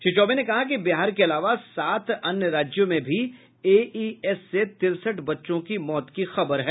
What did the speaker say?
श्री चौबे ने कहा कि बिहार के अलावा सात अन्य राज्यों में भी एईएस से तिरसठ बच्चों की मौत की खबर है